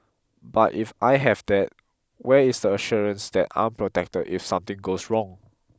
but if I have that where is the assurance that I'm protected if something goes wrong